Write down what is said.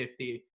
50